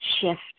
Shift